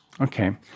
Okay